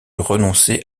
renoncer